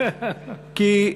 כי,